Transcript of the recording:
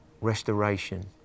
restoration